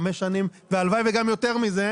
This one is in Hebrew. חמש שנים והלוואי וגם יותר מזה.